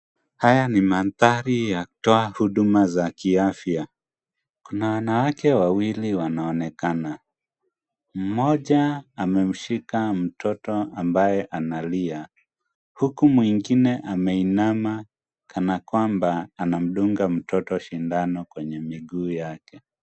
Haya ni mandhari ya kutoa huduma za kiafya. Kuna wanawake wawili wanaonekana. Mmoja amemshika mtoto ambaye analia huku mwingine ameinama kana kwamba anamdunga mtoto sindano kwenye miguu yake.